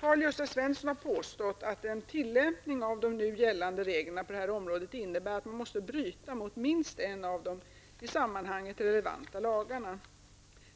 Karl-Gösta Svenson har påstått att en tillämpning av de nu gällande reglerna på detta område innebär att man måste bryta mot minst en av de i sammanhanget relevanta lagarna.